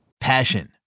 Passion